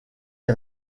les